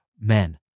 Men